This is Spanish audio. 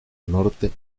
norte